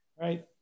right